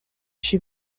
she